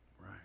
Right